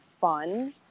fun